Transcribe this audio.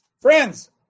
Friends